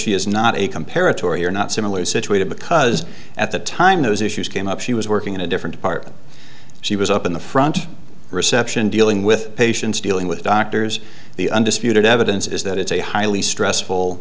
she is not a comparative or you're not similarly situated because at the time those issues came up she was working in a different department she was up in the front reception dealing with patients dealing with doctors the undisputed evidence is that it's a highly stressful